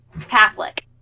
Catholic